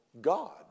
God